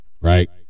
right